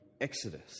Exodus